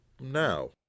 now